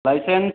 license